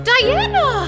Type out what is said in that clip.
Diana